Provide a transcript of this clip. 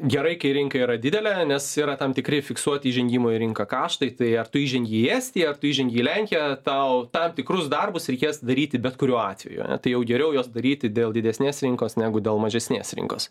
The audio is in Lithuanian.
gerai kai rinka yra didelė nes yra tam tikri fiksuoti įžengimo į rinką kaštai tai ar tu įžengi į estiją ar tu įžengi į lenkiją tau tam tikrus darbus reikės daryti bet kuriuo atveju tai jau geriau juos daryti dėl didesnės rinkos negu dėl mažesnės rinkos